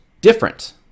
different